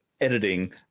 editing